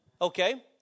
Okay